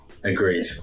agreed